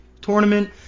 tournament